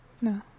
No